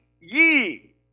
ye